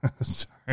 Sorry